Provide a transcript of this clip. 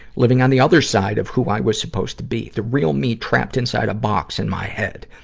living on the other side of who i was supposed to be the real me trapped inside a box in my head.